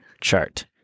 chart